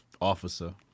officer